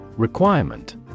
Requirement